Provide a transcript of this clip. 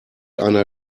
einer